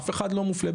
אף אחד לא מופלה.